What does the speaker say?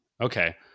Okay